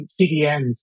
CDNs